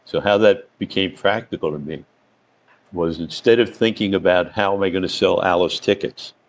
so how that became practical to me was, instead of thinking about, how am i gonna sell alice tickets?